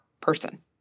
person